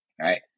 Right